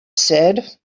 said